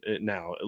now